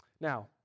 Now